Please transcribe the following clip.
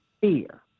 fear